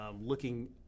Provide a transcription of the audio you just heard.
looking